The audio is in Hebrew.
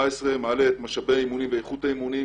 מעלה את משאבי האימונים ואיכות האימונים,